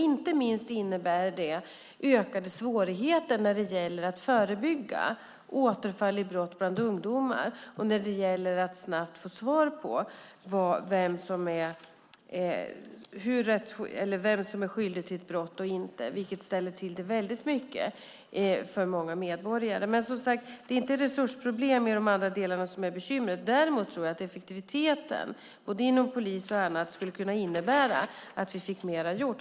Inte minst innebär det ökade svårigheter att förebygga återfall i brott bland ungdomar och att snabbt få svar på vem som är skyldig till ett brott och inte, vilket ställer till det väldigt mycket för många medborgare. Men, som sagt, det är inte resursproblem i de andra delarna som är bekymret. Däremot tror jag att effektiviteten inom polisen och på andra håll skulle kunna innebära att man fick mer gjort.